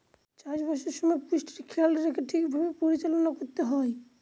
চাষবাসের সময় পুষ্টির খেয়াল রেখে ঠিক ভাবে পরিচালনা করতে হয়